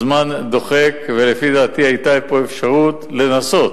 הזמן דוחק, ולפי דעתי היתה פה אפשרות לנסות,